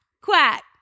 quack